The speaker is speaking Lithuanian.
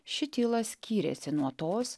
ši tyla skyrėsi nuo tos